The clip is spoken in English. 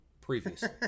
previously